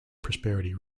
prosperity